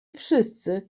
wszyscy